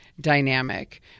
dynamic